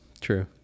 True